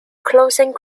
closing